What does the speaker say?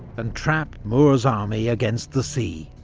and trap moore's army against the sea.